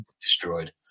destroyed